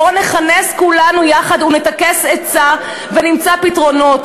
בואו נתכנס כולנו יחד ונטכס עצה ונמצא פתרונות